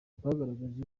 bagaragaje